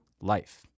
life